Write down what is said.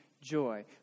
joy